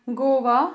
Goa